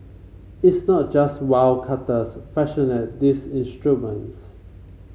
it's not just wildcatters fashioning these instruments